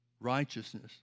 righteousness